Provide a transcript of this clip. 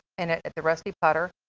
and at at the rusty putter.